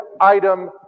item